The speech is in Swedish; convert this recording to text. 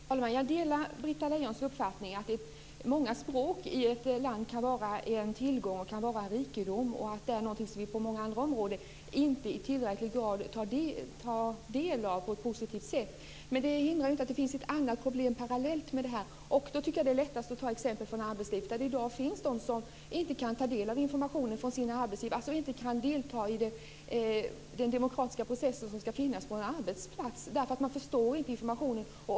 Fru talman! Jag delar Britta Lejons uppfattning att många språk i ett land kan vara en tillgång och en rikedom. Det är någonting som vi på många andra områden inte i tillräcklig grad tar del av på ett positivt sätt. Men detta hindrar inte att det finns ett annat problem parallellt med detta. Jag tycker att det är lättast att ta exempel på detta från arbetslivet, där det i dag finns de som inte kan ta del av informationen från sina arbetsgivare och som inte kan delta i den demokratiska process som ska finnas på en arbetsplats därför att de inte förstår informationen.